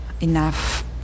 enough